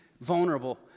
vulnerable